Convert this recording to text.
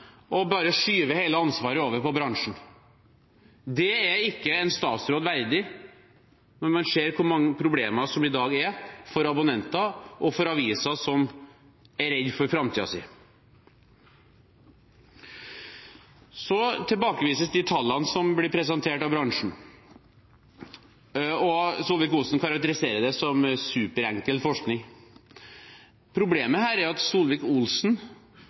og bare skyve hele ansvaret over på bransjen. Det er ikke en statsråd verdig, når man ser hvor mange problem det er i dag for abonnenter og for aviser som er redd for framtiden. Tallene som blir presentert av bransjen, tilbakevises, og Solvik-Olsen karakteriserer det som superenkel forskning. Problemet er at